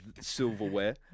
silverware